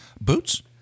Boots